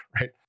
Right